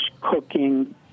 cooking